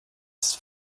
ist